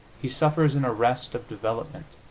he suffers an arrest of development,